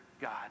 God